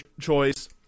choice